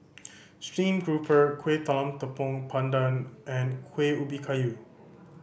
steamed grouper Kueh Talam Tepong Pandan and Kuih Ubi Kayu